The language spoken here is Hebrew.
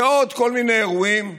ועוד כל מיני אירועים למיניהם.